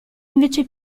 invece